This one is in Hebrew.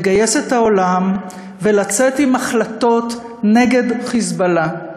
לגייס את העולם ולצאת עם החלטות נגד "חיזבאללה"